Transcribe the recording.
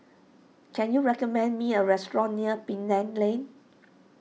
can you recommend me a restaurant near Penang Lane